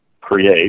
create